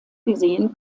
gesehen